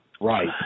Right